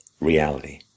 reality